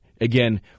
Again